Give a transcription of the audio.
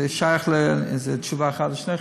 זאת תשובה אחת לשניכם,